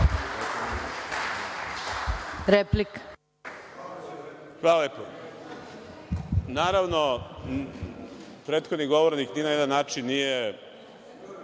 Živković** Hvala lepo. Naravno, prethodni govornik ni na jedan način nije